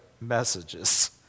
messages